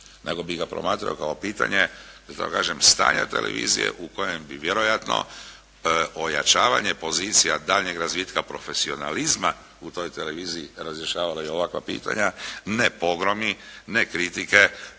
nego bih ga promatrao kao pitanje da tako kažem stanja televizije u kojem bi vjerojatno ojačavanje pozicija daljnjeg razvitka profesionalizma u toj televiziji razriješavala i ovakva pitanja. Ne … /Govornik